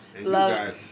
Love